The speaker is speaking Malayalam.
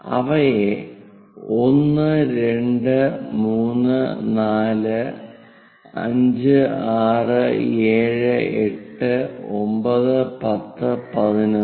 അവയെ 1 2 3 4 2 3 4 5 6 7 8 9 10 11